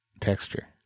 Texture